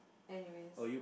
anyways